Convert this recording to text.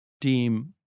team